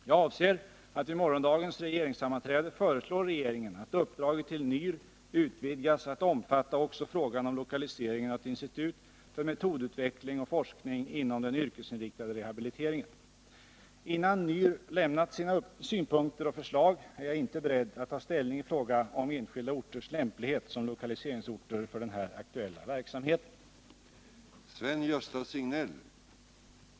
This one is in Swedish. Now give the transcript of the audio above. Jag avser att vid morgondagens regeringssammanträde föreslå regeringen att uppdraget till NYR utvidgas att omfatta också frågan om lokaliseringen av ett institut för metodutveckling och forskning inom den yrkesinriktade rehabiliteringen. Innan NYR lämnat sina synpunkter och förslag är jag inte beredd att ta ställning i fråga om enskilda orters lämplighet som lokaliseringsorter för den här aktuella verksamheten.